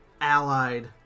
allied